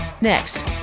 next